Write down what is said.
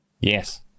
Yes